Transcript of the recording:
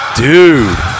dude